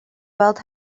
weld